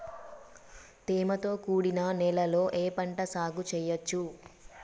తేమతో కూడిన నేలలో ఏ పంట సాగు చేయచ్చు?